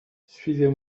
suivez